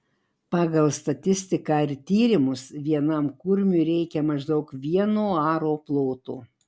pagal statistiką ir tyrimus vienam kurmiui reikia maždaug vieno aro ploto